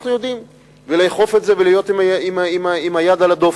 אנחנו יודעים לאכוף את זה ולהיות עם היד על הדופק.